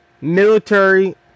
military